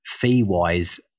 fee-wise